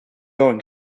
going